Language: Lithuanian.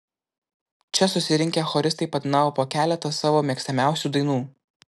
čia susirinkę choristai padainavo po keletą savo mėgstamiausių dainų